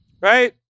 right